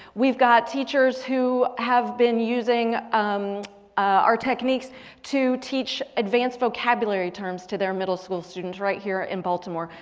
we've got teachers who have been using um our techniques to teach advanced vocabulary terms to their middle school student. right here in baltimore.